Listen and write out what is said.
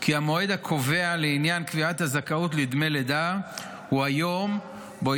כי המועד הקובע לעניין קביעת הזכאות לדמי לידה הוא היום שבו